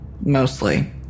Mostly